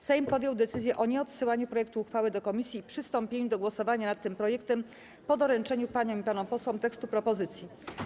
Sejm podjął decyzję o nieodsyłaniu projektu uchwały do komisji i przystąpieniu do głosowania nad tym projektem po doręczeniu paniom i panom posłom tekstu propozycji.